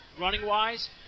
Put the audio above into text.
running-wise